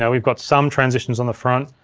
yeah we've got some transitions on the front,